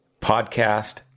podcast